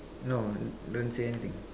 no don't say anything